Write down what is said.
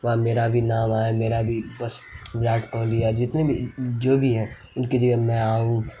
وہاں میرا بھی نام آئے میرا بھی بس وراٹ کوہلی یا جتنے بھی جو بھی ہیں ان کی جگہ میں آؤں